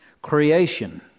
Creation